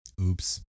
Oops